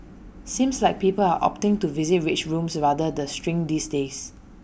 seems like people are opting to visit rage rooms rather the shrink these days